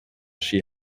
she